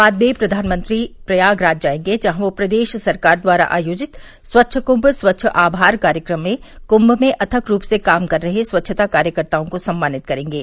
बाद में प्रधानमंत्री प्रयागराज जायेंगे जहां वह प्रदेश सरकार द्वारा आयोजित स्वच्छ कुंभ स्वच्छ आभार कार्यक्रम में कूंभ में अथक रूप से काम कर रहे स्वच्छता कार्यकर्ताओं को सम्मानित करेंगे